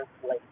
place